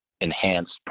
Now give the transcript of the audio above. enhanced